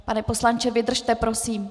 Pane poslanče, vydržte, prosím.